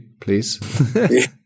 please